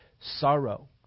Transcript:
sorrow